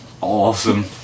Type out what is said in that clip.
awesome